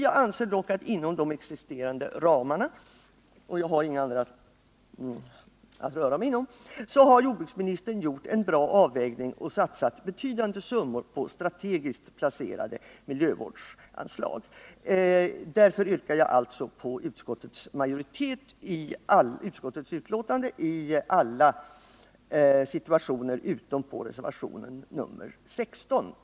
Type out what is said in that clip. Jag anser dock att inom de existerande ramarna — jag har inga andra att röra mig inom — har jordbruksministern gjort en bra avvägning och satsat betydande summor på strategiskt placerade miljövårdsanslag. Därför yrkar jag bifall till utskottets hemställan på alla punkter utom på p. 45, mom. 2, där jag yrkar bifall till reservationen 15.